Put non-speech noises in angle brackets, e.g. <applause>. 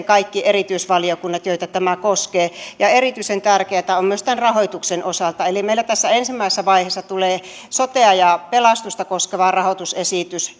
<unintelligible> kaikki erityisvaliokunnat joita tämä koskee ja erityisen tärkeätä se on myös tämän rahoituksen osalta meillä tässä ensimmäisessä vaiheessa tulee sotea ja pelastusta koskeva rahoitusesitys <unintelligible>